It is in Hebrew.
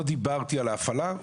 לא דיברתי על ההפעלה.